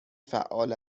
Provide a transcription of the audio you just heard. فعال